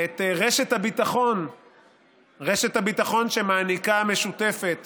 את רשת הביטחון שמעניקה המשותפת